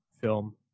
film